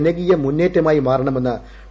ജനകീയ മുന്നേറ്റമായി മാറണ്ട്മെന്ന് ഡോ